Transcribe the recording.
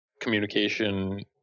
communication